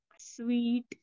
sweet